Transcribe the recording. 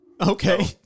Okay